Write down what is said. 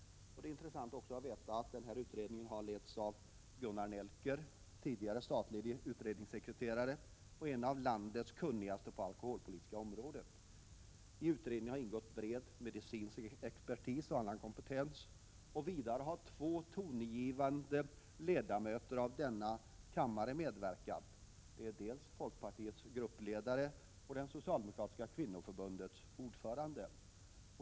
Det är intressant att veta att utredningen har letts av Gunnar Nelker, tidigare statlig utredningssekreterare och en av landets kunnigaste personer på det alkoholpolitiska området. I utredningen har ingått bred medicinsk expertis och annan kompetens. Vidare har två tongivande ledamöter av denna kammare medverkat, dels folkpartiets gruppledare, dels Socialdemokratiska kvinnoförbundets ordförande.